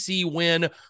win